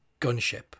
gunship